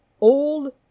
Old